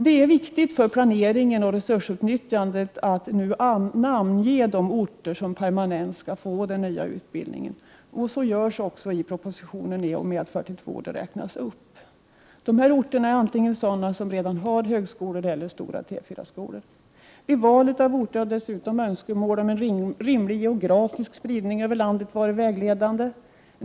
Det är viktigt för planeringen och resursutnyttjandet att nu namnge de orter som permanent skall få den nya utbildningen. Så görs också i propositionen i och med att 42 orter anges. Dessa orter är antingen sådana som redan har högskolor eller stora T4-skolor. Vid valet av orter har dessutom önskemål om en rimlig geografisk spridning över landet varit vägledande.